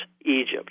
Egypt